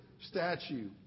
statue